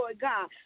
God